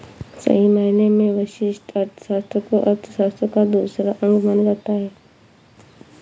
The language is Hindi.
सही मायने में व्यष्टि अर्थशास्त्र को अर्थशास्त्र का दूसरा अंग माना जाता है